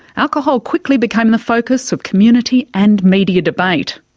alcohol quickly became the focus of community and media debate.